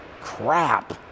crap